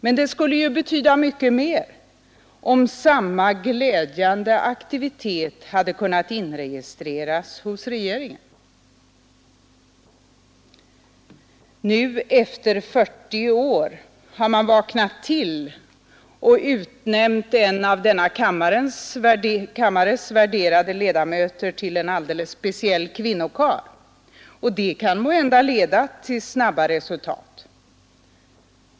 Men det skulle ju betyda mycket mer om samma glädjande aktivitet hade kunnat inregistreras hos Nu efter 40 år har man vaknat till och utnämnt en av denna kammares värderade ledamöter till en alldeles ;speciell kvinnokarl, och det kan måhända leda till snabba resultat.